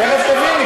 את תכף תביני.